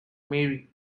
mary